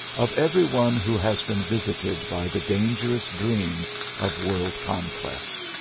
of every one who has been visited by the dangerous dream of world conquest.